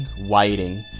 waiting